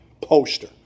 poster